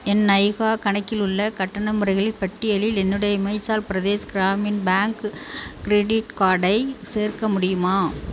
என் நைகா கணக்கில் உள்ள கட்டண முறைகளின் பட்டியலில் என்னுடைய இமாச்சல் பிரதேஷ் கிராமின் பேங்க் கிரெடிட் கார்டை சேர்க்க முடியுமா